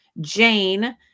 Jane